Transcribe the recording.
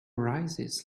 rises